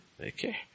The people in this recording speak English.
Okay